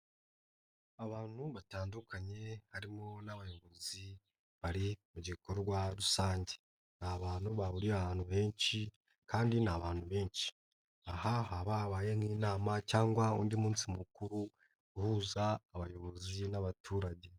Abantu batandukanye harimo n'abayobozi bari mu gikorwa rusange, ni abantu bahuriye ahantu benshi kandi ni abantu benshi, aha haba habaye nk'inama cyangwa undi munsi mukuru uhuza abayobozi n'abaturage.